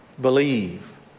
believe